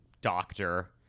doctor